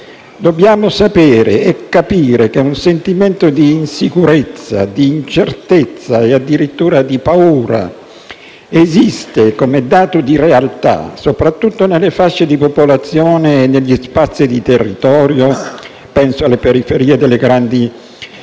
dobbiamo sapere, e capire, che un sentimento di insicurezza, di incertezza, e addirittura di paura, esiste come dato di realtà, soprattutto nelle fasce di popolazione e negli spazi di territorio (penso alle periferie delle grandi città